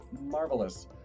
marvelous